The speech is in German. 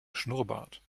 schnurrbart